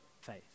faith